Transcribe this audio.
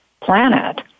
planet